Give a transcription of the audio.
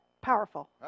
powerful